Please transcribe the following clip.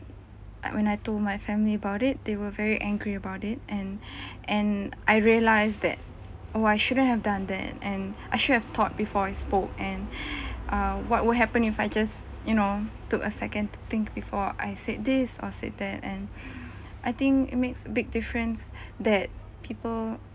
and when I told my family about it they were very angry about it and and I realised that oh I shouldn't have done that and I should have thought before I spoke and err what would happen if I just you know took a second to think before I said this or said that and I think it makes big difference that people